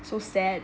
so sad